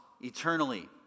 eternally